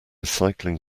cycling